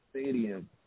stadium